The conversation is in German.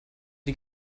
die